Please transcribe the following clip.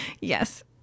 yes